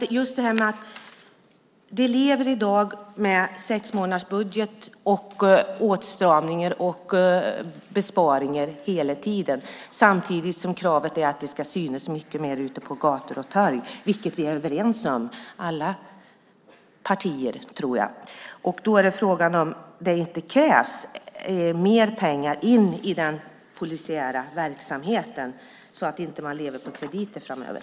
Polismyndigheterna lever i dag med sexmånadersbudget, åtstramningar och besparingar hela tiden, samtidigt som kravet är att man ska synas mycket mer ute på gator och torg, vilket jag tror att vi alla partier är överens om. Då är frågan om det inte krävs mer pengar in i den polisiära verksamheten, så att man inte lever på krediter framöver.